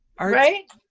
Right